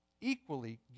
Equally